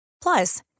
Plus